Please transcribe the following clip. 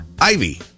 Ivy